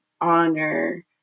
honor